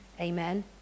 Amen